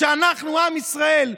שאנחנו עם ישראל,